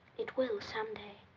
it will someday.